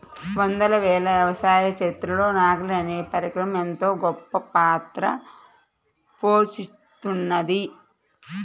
వందల ఏళ్ల వ్యవసాయ చరిత్రలో నాగలి అనే పరికరం ఎంతో గొప్పపాత్ర పోషిత్తున్నది